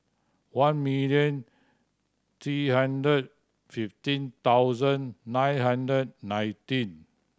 one million three hundred fifteen thousand nine hundred nineteen